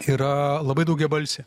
yra labai daugiabalsė